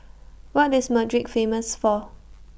What IS Madrid Famous For